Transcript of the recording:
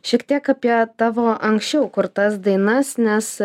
šiek tiek apie tavo anksčiau kurtas dainas nes